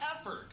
effort